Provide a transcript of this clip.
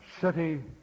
city